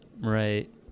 Right